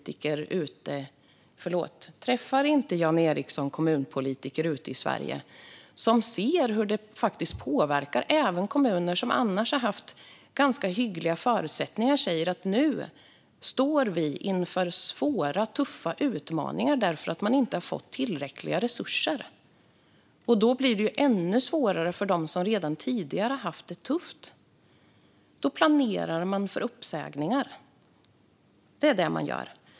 Träffar inte Jan Ericson kommunpolitiker ute i Sverige som ser hur det här faktiskt påverkar? Även kommuner som annars har haft ganska hyggliga förutsättningar säger att de nu står inför svåra, tuffa utmaningar därför att de inte har fått tillräckliga resurser. Då blir det ju ännu svårare för dem som redan tidigare har haft det tufft. Då planerar man för uppsägningar. Det är det man gör.